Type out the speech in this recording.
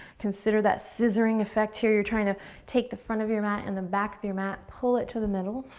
consider that scissoring effect here. you're trying to take the front of your mat and the back of your mat, pull it to the middle.